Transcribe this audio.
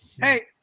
Hey